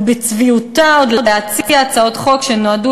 ובצביעותה עוד להציע הצעות חוק שנועדו